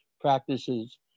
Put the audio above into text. practices